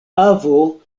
avo